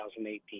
2018